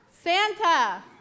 Santa